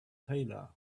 trailer